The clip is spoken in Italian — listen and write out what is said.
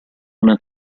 una